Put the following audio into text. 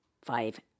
five